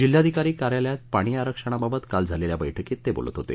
जिल्हाधिकारी कार्यालयात पाणी आरक्षणाबाबत काल झालेल्या बैठकीत ते बोलत होते